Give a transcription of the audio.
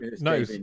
no